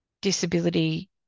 disability